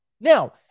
Now